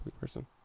person